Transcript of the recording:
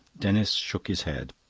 denis shook his head.